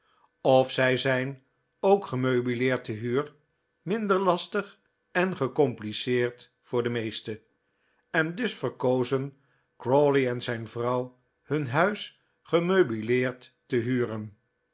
of zij zijno gemeubileerd te huur minder lastig en gecompliceerd voor de meesten en dus verkozen crawley en zijn vrouw hun huis gemeubileerd te huren